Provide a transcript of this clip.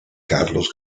carlos